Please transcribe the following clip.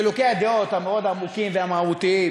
חילוקי הדעות המאוד-עמוקים והמהותיים